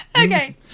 okay